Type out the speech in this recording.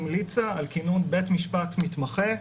המליצה על כינון בית משפט מתמחה,